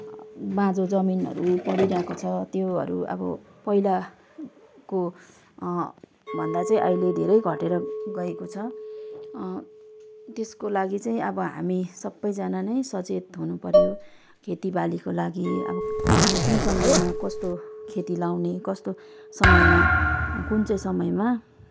बाँझो जमिनहरू पडिरहेको छ त्योहरू अब पहिलाको भन्दा चाहिँ अहिले धेरै घटेर गएको छ त्यसको लागि चाहिँ अब हामी सबैजना नै सचेत हुनुपर्यो खेतीबालीको लागि अब कुन समयमा कस्तो खेती लाउने कस्तो समयमा कुन चाहिँ समयमा